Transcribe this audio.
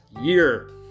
year